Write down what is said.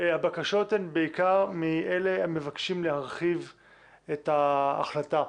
הבקשות הן בעיקר מאלה המבקשים להרחיב את ההחלטה.